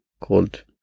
called